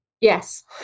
Yes